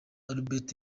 albert